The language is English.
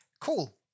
Cool